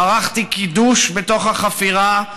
ערכתי קידוש בתוך החפירה,